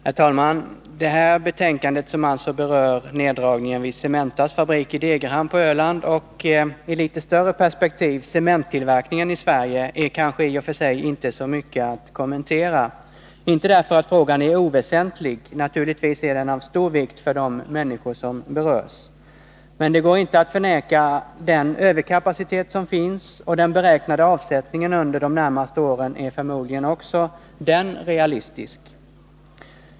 Herr talman! Det här betänkandet, som alltså berör neddragningen vid Cementas fabrik i Degerhamn på Öland och i litet längre perspektiv cementtillverkningen i Sverige, är kanske i och för sig inte så mycket att kommentera. Frågan är inte oväsentlig — naturligtvis är den av stor vikt för de människor som berörs — men det går inte att förneka den överkapacitet som finns, och den beräknade avsättningen under de närmaste åren är förmodligen också realistisk.